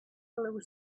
blue